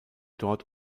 dort